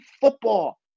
football